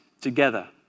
together